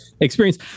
experience